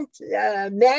men